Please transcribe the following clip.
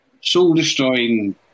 soul-destroying